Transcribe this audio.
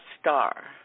Star